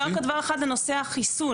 רק דבר אחד בנושא החיסון.